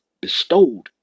bestowed